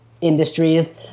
industries